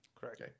Correct